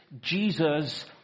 Jesus